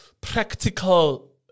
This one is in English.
practical